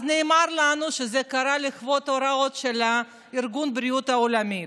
אז נאמר לנו שזה קרה בגלל ההוראות של ארגון הבריאות העולמי.